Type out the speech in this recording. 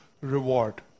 reward